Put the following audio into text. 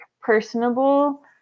personable